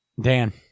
Dan